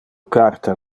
carta